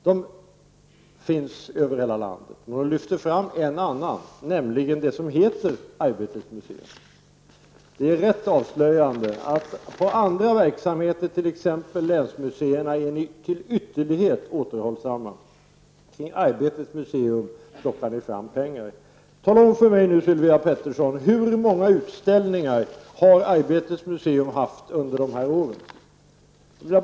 De finns över hela landet. Men hon lyfter fram ett annat, nämligen det som heter Arbetets museum. Det är rätt avslöjande att när det gäller andra verksamheter, t.ex. länsmuseerna, är ni till ytterlighet återhållsamma. Till Arbetets museum plockar ni fram pengar. Tala om nu om för mig, Sylvia Pettersson: Hur många utställningar har Arbetets museum haft under de här åren?